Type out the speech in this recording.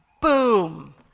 boom